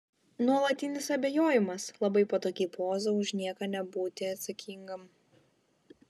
nuolatinis abejojimas labai patogi poza už nieką nebūti atsakingam